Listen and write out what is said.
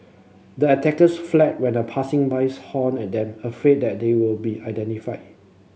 the attackers fled when a passing bus honked at them afraid that they would be identified